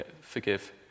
forgive